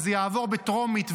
שזה יעבור בטרומית,